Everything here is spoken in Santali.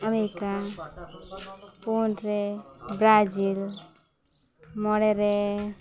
ᱟᱢᱮᱨᱤᱠᱟ ᱯᱩᱱ ᱨᱮ ᱵᱨᱟᱡᱤᱞ ᱢᱚᱬᱮ ᱨᱮ